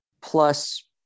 plus